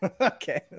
okay